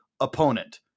opponent